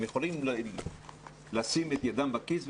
הם יכולים לשים את ידם בכיס,